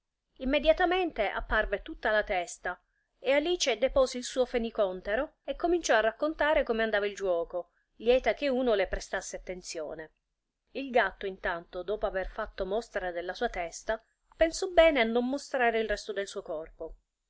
immediatamente apparve tutta la testa e alice depose il suo fenicòntero e cominciò a raccontare come andava il giuoco lieta che uno le prestasse attenzione il gatto intanto dopo aver fatto mostra della sua testa pensò bene a non mostrare il resto del suo corpo